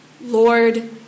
Lord